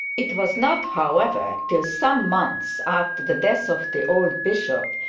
it was not, however, till some months after the death of the old bishop,